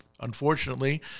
unfortunately